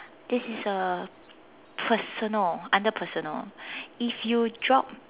this is a personal under personal if you drop